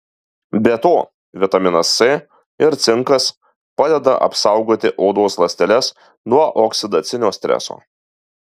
be to vitaminas c ir cinkas padeda apsaugoti odos ląsteles nuo oksidacinio streso